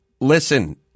listen